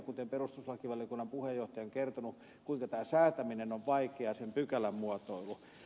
kuten perustuslakivaliokunnan puheenjohtaja on kertonut tämä säätäminen on vaikeaa se pykälämuotoilu